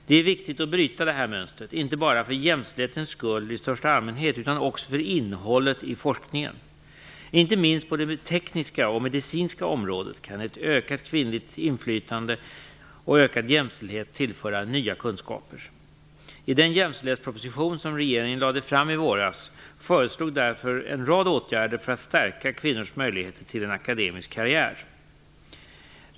Det är viktigt att bryta detta mönster, inte bara för jämställdhetens skull i största allmänhet utan också för innehållet i forskningen. Inte minst på de tekniska och medicinska områdena kan ett ökat kvinnligt inflytande och ökad jämställdhet tillföra nya kunskaper. I den jämställdhetsproposition som regeringen lade fram i våras föreslogs därför en rad åtgärder för att stärka kvinnors möjligheter till en akademisk karriär.